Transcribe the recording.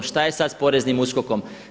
Šta je sada s Poreznim USKOK-om?